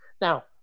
Now